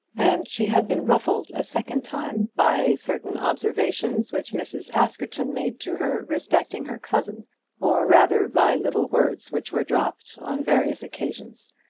and she had been ruffled a second time by certain observations which mrs. askerton made to her respecting her cousin or rather by little words which were dropped on various occasions.